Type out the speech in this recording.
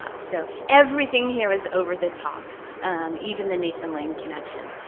ah so everything here is over-the-top. even the nathan lane connection.